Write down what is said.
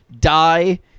die